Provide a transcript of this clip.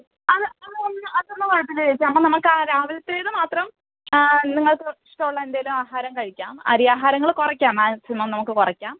അത് അതെന്നാ അതൊന്നും കുഴപ്പമില്ല ചേച്ചി അങ്ങനെ നമ്മൾക്ക് രാവിലത്തേത് മാത്രം നിങ്ങൾക്ക് ഇഷ്ടമുള്ള എന്തേലും ആഹാരം കഴിക്കാം അരിയാഹാരങ്ങൾ കുറയ്ക്കാം മാക്സിമം നമുക്ക് കുറയ്ക്കാം